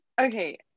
okay